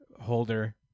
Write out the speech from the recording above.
Holder